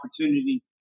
opportunity